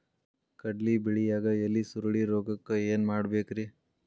ಕಡ್ಲಿ ಬೆಳಿಯಾಗ ಎಲಿ ಸುರುಳಿರೋಗಕ್ಕ ಏನ್ ಮಾಡಬೇಕ್ರಿ?